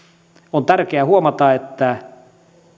on tärkeää huomata että